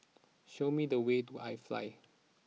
show me the way to iFly